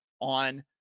on